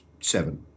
seven